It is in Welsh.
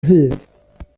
rhydd